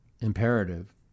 imperative